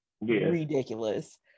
ridiculous